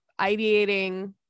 ideating